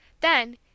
Then